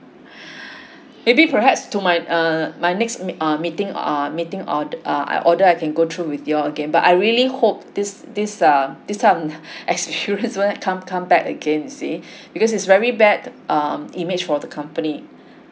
maybe perhaps to my err my next meet~ uh meeting uh meeting ord~ err order I can go through with you all again but I really hope this this uh this time as to sure as well it can't come come bad again you see because it's very bad um image for the company